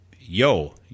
yo